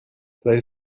play